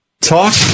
Talk